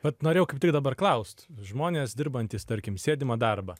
vat norėjau kaip tik dabar klaust žmonės dirbantys tarkim sėdimą darbą